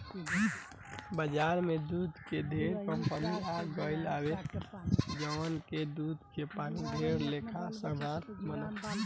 बाजार में दूध के ढेरे कंपनी आ गईल बावे जवन की दूध से ढेर लेखा के सामान बनावेले